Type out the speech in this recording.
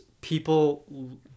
people